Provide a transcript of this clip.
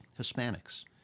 Hispanics